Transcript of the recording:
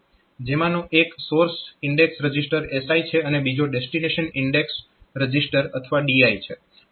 જેમાનો એક source index register SI છે અને બીજો ડેસ્ટીનેશન ઇન્ડેક્સ રજીસ્ટર અથવા DI છે